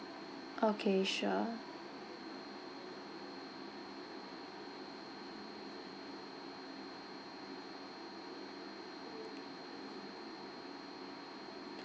okay sure